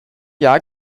jahr